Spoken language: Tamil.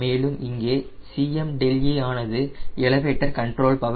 மேலும் இங்கே Cme ஆனது எலவேட்டர் கண்ட்ரோல் பவர்